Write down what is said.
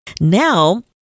Now